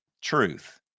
truth